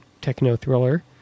techno-thriller